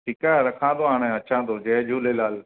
ठीकु आहे रखां थो हाणे अचा थो जय झूलेलाल